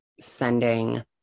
sending